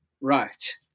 Right